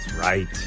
Right